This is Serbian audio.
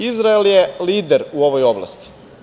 Izrael je lider u ovoj oblasti.